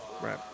right